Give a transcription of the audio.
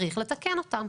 צריך לתקן אותם.